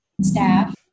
staff